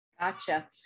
Gotcha